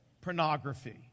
pornography